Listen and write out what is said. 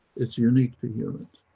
it's unique to humans.